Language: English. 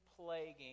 plaguing